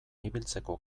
ibiltzeko